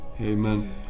Amen